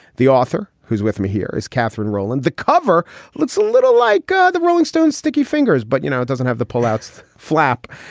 the author who's with me here is kathryn roeland. the cover looks a little like girl the rolling stones, sticky fingers. but you know, it doesn't have the pullouts flap.